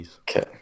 Okay